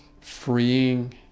freeing